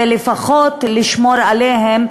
ולפחות לשמור עליהם,